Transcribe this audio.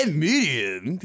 medium